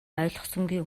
ойлгосонгүй